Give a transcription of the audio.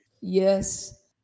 Yes